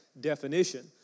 definition